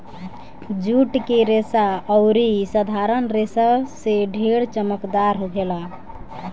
जुट के रेसा अउरी साधारण रेसा से ढेर चमकदार होखेला